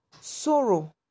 sorrow